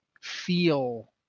feel